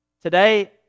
Today